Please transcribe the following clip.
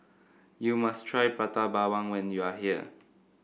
you must try Prata Bawang when you are here